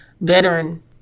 veteran